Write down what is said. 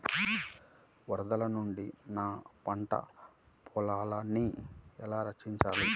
వరదల నుండి నా పంట పొలాలని ఎలా రక్షించాలి?